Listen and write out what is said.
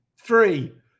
three